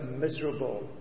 miserable